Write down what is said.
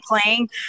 playing